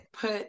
put